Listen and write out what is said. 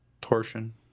Torsion